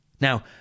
Now